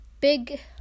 big